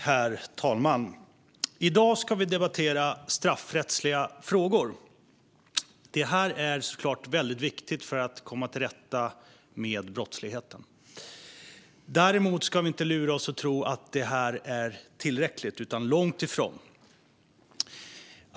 Herr talman! I dag ska vi debattera straffrättsliga frågor. Det är såklart viktigt för att komma till rätta med brottsligheten. Vi ska däremot inte lura oss att tro att det är tillräckligt; det är det långt ifrån.